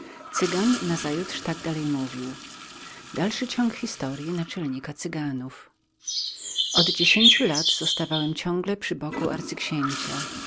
cygan nazajutrz tak dalej mówił od dziesięciu lat zostawałem ciągle przy boku arcyksięcia